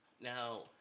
Now